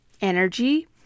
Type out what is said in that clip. energy